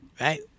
right